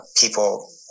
people